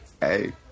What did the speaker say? Hey